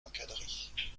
encadrées